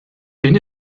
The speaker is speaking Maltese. kien